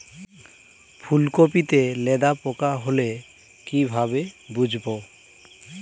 ফুলকপিতে লেদা পোকা হলে কি ভাবে বুঝবো?